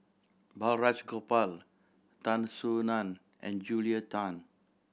Balraj Gopal Tan Soo Nan and Julia Tan